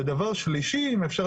ודבר שלישי אם אפשר,